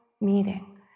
meeting